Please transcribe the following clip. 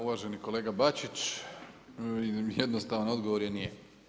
Uvaženi kolega Bačić, jednostavan odgovor je nije.